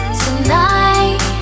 tonight